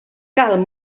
cal